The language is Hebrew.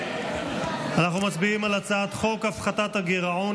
אנחנו מצביעים על הצעת חוק הפחתת הגירעון